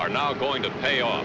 are now going to pay off